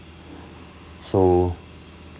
so